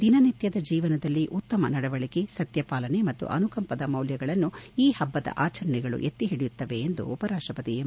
ದಿನನಿತ್ಯದ ಜೀವನದಲ್ಲಿ ಉತ್ತಮ ನಡವಳಿಕೆ ಸತ್ಯಪಾಲನೆ ಮತ್ತು ಅನುಕಂಪದ ಮೌಲ್ವಗಳನ್ನು ಈ ಹಬ್ಬದ ಆಚರಣೆಗಳು ಎತ್ತಿಹಿಡಿಯುತ್ತವೆ ಎಂದು ಉಪರಾಷ್ಟಪತಿ ಎಂ